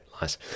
nice